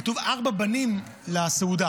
כתוב: ארבעה בנים לסעודה.